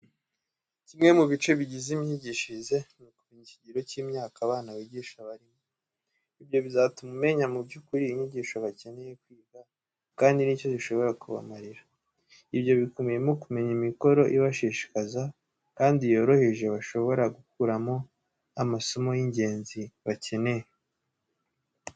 Kimwe mu bice bigize imyigishirize, ni ukumenya ikigero cy'imyaka abana wigisha barimo. Ibyo bizatuma umenya mu by'ukuri inyigisho bakeneye kwiga kandi n'icyo zishobora kubamarira. Ibyo bikubiyemo kumenya imikoro ibashishikaza kandi yoroheje bashobora gukuramo amasomo y'ingenzi bakeneye.